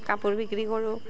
কাপোৰ বিক্ৰী কৰোঁ